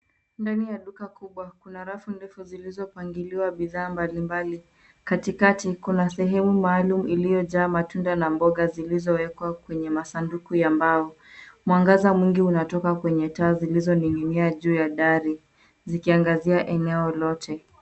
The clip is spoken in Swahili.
Ndani ya duka kubwa kuna rafu ndefu zilizopangiliwa bidhaa mbali mbali. Katikati kuna sehemu maalum iliyojaa matunda na mboga zilizowekwa kwenye masanduku ya mbao. Mwangaza mwingi unatoka kwenye taa zilizoning'inia juu ya dari zikiangazia eneo lote.